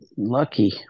lucky